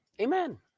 Amen